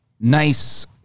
Nice